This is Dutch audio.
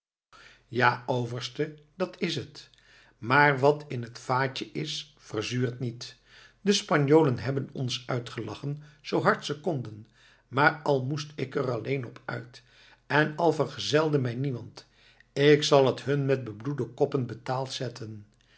ja overste dat is het maar wat in het vaatje is verzuurt niet de spanjolen hebben ons uitgelachen zoo hard ze konden maar al moest ik er alleen op uit en al vergezelde mij niemand ik zal het hun met bebloede koppen betaald zetten